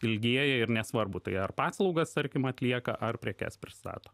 ilgėja ir nesvarbu tai ar paslaugas tarkim atlieka ar prekes pristato